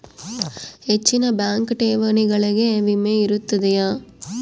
ಹೆಚ್ಚಿನ ಬ್ಯಾಂಕ್ ಠೇವಣಿಗಳಿಗೆ ವಿಮೆ ಇರುತ್ತದೆಯೆ?